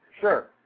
Sure